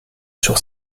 sur